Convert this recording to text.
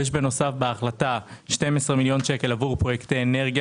בנוסף בהחלטה יש 12 מיליון שקל עבור פרויקטי אנרגיה